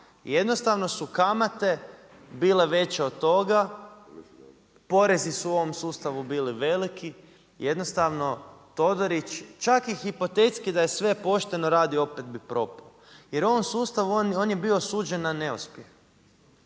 Jednostavno su kamate bile veće od toga, porezi su u ovom sustavu bili veliki, jednostavno Todorić, čak i hipotetski da je sve pošteno radio, opet bi propao. Jer u ovom sustavu on je bio osuđen na uspjeh.